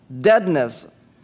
deadness